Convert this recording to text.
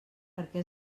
perquè